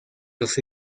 los